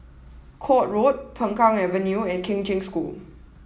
Court Road Peng Kang Avenue and Kheng Cheng School